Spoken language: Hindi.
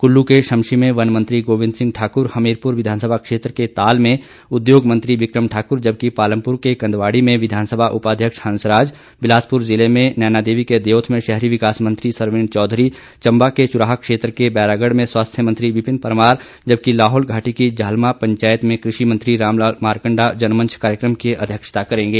कुल्लू के शमशी में वन मंत्री गोबिंद सिंह ठाकुर हमीरपुर विधानसभा क्षेत्र के ताल में उद्योग मंत्री बिकम ठाकुर जबकि पालमपुर के कंदवाड़ी में विधानसभा उपाध्यक्ष हंसराज बिलासपुर जिले में नैनादेवी के दयोथ में शहरी विकास मंत्री सरवीण चौधरी चंबा के चुराह क्षेत्र के बैरागढ़ में स्वास्थ्य मंत्री विपिन परमार जबकि लाहौल घाटी की जाहलमा पंचायत में कृषि मंत्री रामलाल मारकंडा जनमंच कार्यक्रम की अध्यक्षता करेंगे